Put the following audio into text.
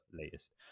latest